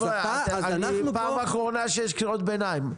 חבר'ה, פעם אחרונה שיש קריאות ביניים.